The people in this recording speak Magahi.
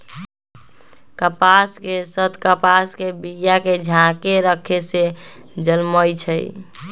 कपास के सन्न कपास के बिया के झाकेँ रक्खे से जलमइ छइ